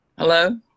Hello